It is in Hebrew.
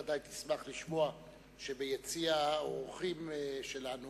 ודאי תשמח לשמוע שביציע האורחים שלנו